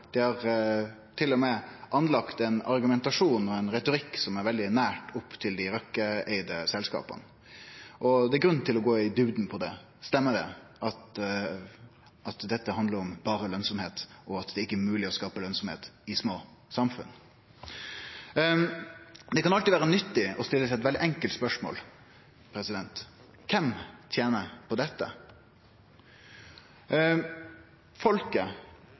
Dei har til og med lagt seg til ein argumentasjon og ein retorikk som ligg nær opp til dei Røkke-eigde selskapa, og det er grunn til å gå djupt inn i det: Stemmer det at dette berre handlar om lønnsemd og at det ikkje er mogleg å skape lønnsemd i små samfunn? Det kan alltid vere nyttig å stille seg eit enkelt spørsmål: Kven tener på dette? Folket